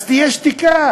אז תהיה שתיקה.